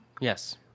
Yes